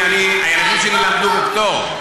הילדים שלי למדו בפטור.